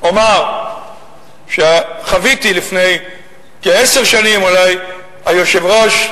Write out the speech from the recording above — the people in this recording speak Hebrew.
אומַר שחוויתי לפני כעשר שנים, אולי היושב-ראש,